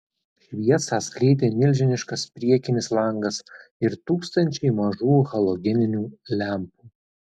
šviesą skleidė milžiniškas priekinis langas ir tūkstančiai mažų halogeninių lempų